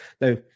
now